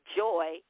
joy